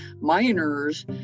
miners